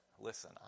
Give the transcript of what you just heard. listen